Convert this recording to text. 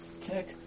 kick